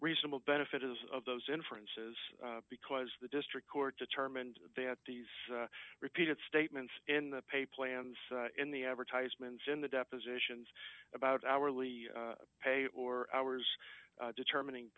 reasonable benefit is of those inferences because the district court determined that these repeated statements in the pay plans in the advertisements in the depositions about hourly pay or hours determining